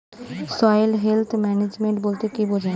Soil health management বলতে কি বুঝায়?